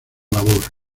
labor